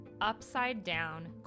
upside-down